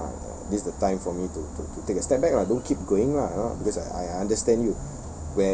you know uh this is the time for me to to to take a step back lah don't keep going lah you know cause I I understand